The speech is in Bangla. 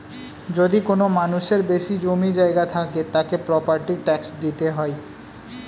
যদি কোনো মানুষের বেশি জমি জায়গা থাকে, তাকে প্রপার্টি ট্যাক্স দিতে হয়